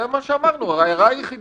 זה מה שאמרנו, ההערה היחידה.